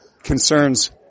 concerns